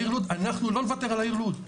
העיר לוד אנחנו לא נוותר על העיר לוד,